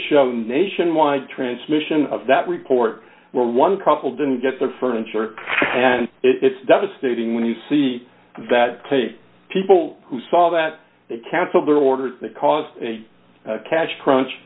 show nationwide transmission of that report where one couple didn't get their furniture and it's devastating when you see that tape people who saw that they canceled their orders that caused a cash crunch